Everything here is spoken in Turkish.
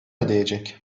ödeyecek